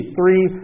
three